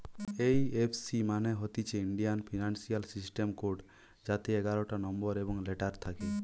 এই F C মানে হতিছে ইন্ডিয়ান ফিনান্সিয়াল সিস্টেম কোড যাতে এগারটা নম্বর এবং লেটার থাকে